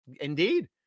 Indeed